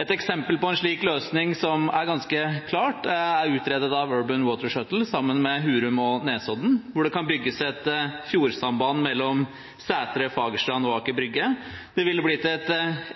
Et eksempel på en slik løsning, som er ganske klart, er utredet av Urban Water Shuttle sammen med Hurum og Nesodden, hvor det kan bygges et fjordsamband mellom Sætre, Fagerstrand og Aker Brygge. Det ville blitt et